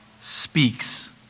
speaks